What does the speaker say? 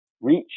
reach